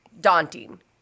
daunting